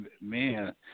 man